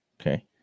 Okay